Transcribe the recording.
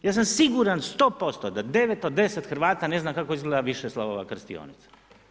Ja sam siguran 100% da 9/10 Hrvata ne zna kako izgleda Višeslavova krstionica.